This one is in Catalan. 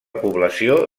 població